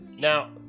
Now